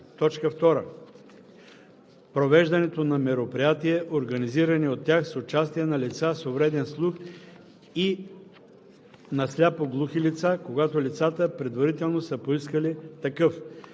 2. провеждането на мероприятия, организирани от тях, с участие на лица с увреден слух и на сляпо-глухи лица, когато лицата предварително са поискали такъв.“